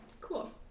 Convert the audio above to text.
Cool